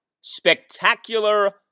spectacular